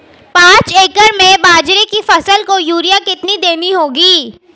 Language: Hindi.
पांच एकड़ में बाजरे की फसल को यूरिया कितनी देनी होगी?